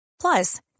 Plus